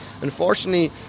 Unfortunately